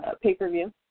pay-per-view